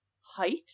height